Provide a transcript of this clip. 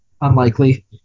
unlikely